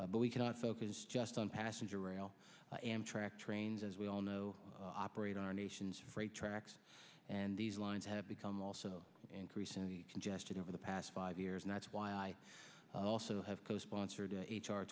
but we cannot focus just on passenger rail amtrak trains as we all know operate our nation's freight tracks and these lines have become also increasingly congested over the past five years and that's why i also have co sponsored h